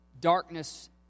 darkness